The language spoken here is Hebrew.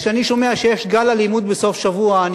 כשאני שומע שיש גל אלימות בסוף שבוע אני